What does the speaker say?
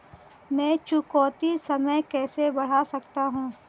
मैं चुकौती समय कैसे बढ़ा सकता हूं?